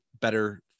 better